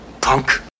punk